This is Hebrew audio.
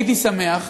כשצריך פרגנו.